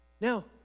Now